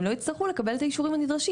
לא יצטרכו לקבל הסדרי תנועה חדשים.